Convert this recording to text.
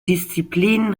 disziplinen